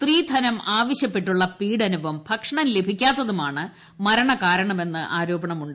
സ്ത്രീധനം ആവശ്യപ്പെട്ടുള്ള പ്രീസ്നവും ഭക്ഷണം ലഭിക്കാത്ത തുമാണ് മരണകാരണമെന്ന് മൃആരോപണമുണ്ട്